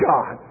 God